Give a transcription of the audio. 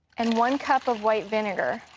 and one cup of white vinegar.